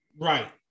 Right